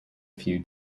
few